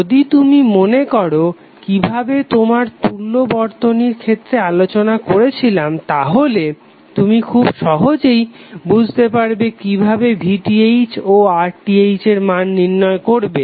যদি তুমি মনে করো কিভাবে আমরা তুল্য বর্তনীর ক্ষেত্রে আলোচনা করেছিলাম তাহলে তুমি খুব সহজেই বুঝতে পারবে কিভাবে VTh ও RTh এর মান নির্ণয় করবে